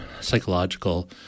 psychological